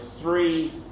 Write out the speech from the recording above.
three